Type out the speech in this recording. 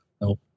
No